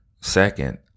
Second